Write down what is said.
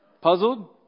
Puzzled